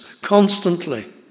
Constantly